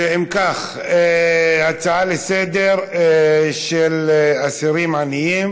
אם כך, ההצעה לסדר-היום על אסירים עניים